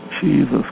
Jesus